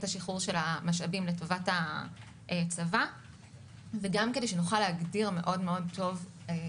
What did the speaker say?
שחרור המשאבים לטובת הצבא וגם כדי שנוכל להגדיר טוב מה